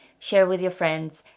share with your friends,